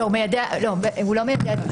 לא, הוא לא מיידע.